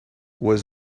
was